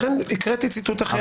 לכן הקראתי ציטוט אחר.